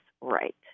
right